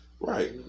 right